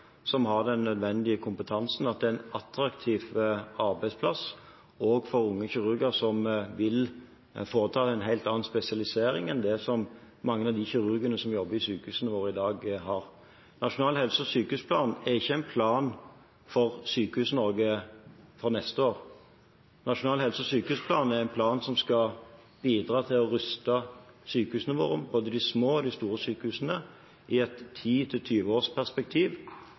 som har den nødvendige kompetansen, og at det er en attraktiv arbeidsplass også for unge kirurger som vil foreta en helt annen spesialisering enn det som mange av de kirurgene som jobber i sykehusene våre i dag, har. Nasjonal helse- og sykehusplan er ikke en plan for Sykehus-Norge for neste år. Nasjonal helse- og sykehusplan er en plan som skal bidra til å ruste sykehusene våre, både de små og de store, i et 10–20-årsperspektiv, slik at vi ser hvilke grep vi er nødt til